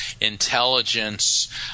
intelligence